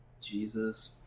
Jesus